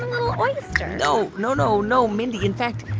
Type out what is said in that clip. little oyster no. no, no, no. mindy, in fact,